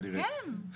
כן, כן.